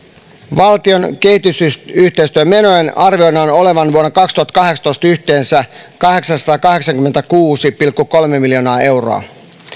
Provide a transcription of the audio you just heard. valtion kehitysyhteistyömenojen arvioidaan olevan vuonna kaksituhattakahdeksantoista yhteensä kahdeksansataakahdeksankymmentäkuusi pilkku kolme miljoonaa euroa